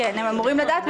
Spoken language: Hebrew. כן, הם אמורים לדעת.